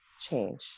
change